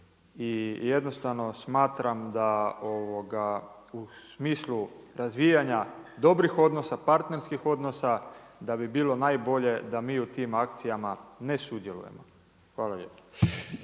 i jednostavno smatram da u smislu razvijanja dobrih odnosa, partnerskih odnosa da bi bilo najbolje da mi u tim akcijama ne sudjelujemo. Hvala lijepo.